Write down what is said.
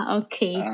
okay